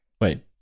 Wait